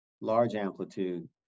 large-amplitude